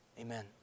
Amen